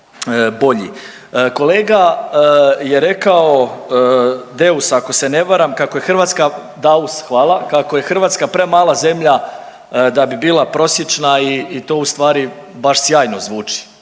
Kolega je rekao Deus ako se ne varam Daus hvala kako je Hrvatska premala zemlja da bi bila prosječna i to u stvari baš sjajno zvuči